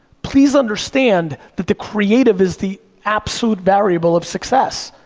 please understand that the creative is the absolute variable of success.